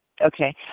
Okay